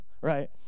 right